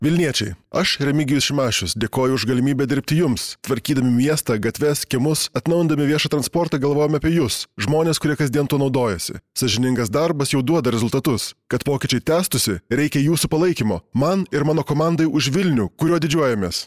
vilniečiai aš remigijus šimašius dėkoju už galimybę dirbti jums tvarkydami miestą gatves kiemus atnaujindami viešą transportą galvojom apie jus žmones kurie kasdien tuo naudojasi sąžiningas darbas jau duoda rezultatus kad pokyčiai tęstųsi reikia jūsų palaikymo man ir mano komandai už vilnių kuriuo didžiuojamės